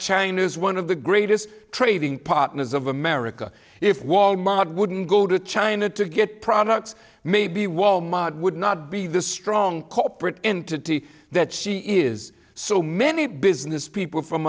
china is one of the greatest trading partners of america if walmart wouldn't go to china to get products maybe wal mart would not be the strong corporate entity that she is so many business people from